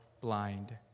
blind